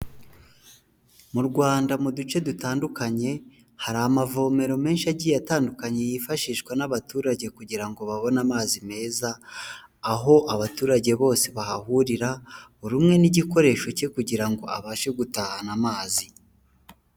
Mu Rwanda mu duce dutandukanye hari amavomero menshi agiye atandukanye yifashishwa n'abaturage kugira ngo babone amazi meza aho abaturage bose bahahurira buri urumwe n'igikoresho cye kugira ngo abashe gutahana amazi.